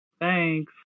Thanks